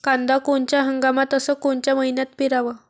कांद्या कोनच्या हंगामात अस कोनच्या मईन्यात पेरावं?